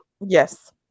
Yes